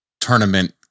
tournament